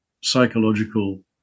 psychological